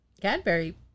Cadbury